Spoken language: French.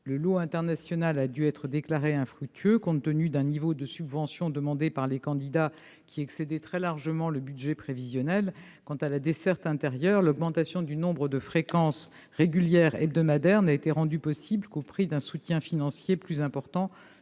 Wallis et Nadi. Il a dû être déclaré infructueux, s'agissant du second lot, le niveau de subvention demandé par les candidats excédant très largement le budget prévisionnel. Quant à la desserte intérieure, l'augmentation du nombre de fréquences régulières hebdomadaires n'a été rendue possible qu'au prix d'un soutien financier plus important